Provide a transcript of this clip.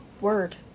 word